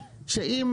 שאם